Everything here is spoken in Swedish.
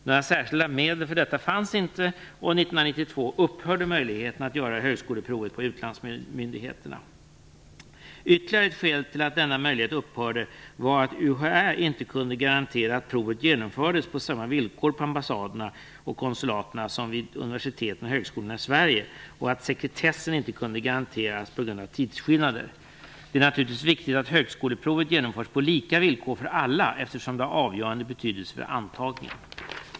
Några särskilda medel för detta fanns inte, och Ytterligare ett skäl till att denna möjlighet upphörde var att UHÄ inte kunde garantera att provet genomfördes på samma villkor på ambassaderna och konsulaten som vid universiteten och högskolorna i Sverige och att sekretessen inte kunde garanteras på grund av tidsskillnader. Det är naturligtvis viktigt att högskoleprovet genomförs på lika villkor för alla, eftersom det har en avgörande betydelse vid antagningen.